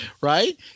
right